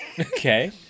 Okay